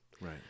Right